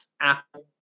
Apple